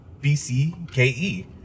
B-C-K-E